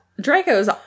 Draco's